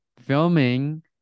filming